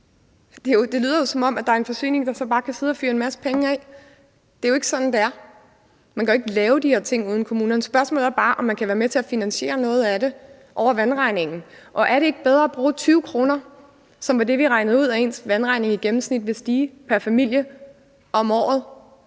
Det lyder, som om et forsyningsselskab så bare kan sidde og fyre en masse penge af. Det er jo ikke sådan, det er; man kan ikke lave de her ting uden kommunerne. Spørgsmålet er bare, om man kan være med til at finansiere noget af det over vandregningen. Og er det ikke bedre at bruge 20 kr. om året, som var det, vi regnede ud at ens vandregning i gennemsnit vil stige pr. familie, end